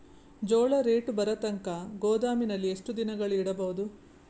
ಜೋಳ ರೇಟು ಬರತಂಕ ಗೋದಾಮಿನಲ್ಲಿ ಎಷ್ಟು ದಿನಗಳು ಯಿಡಬಹುದು?